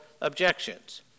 objections